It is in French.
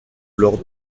lors